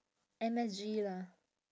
M_S_G lah